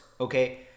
okay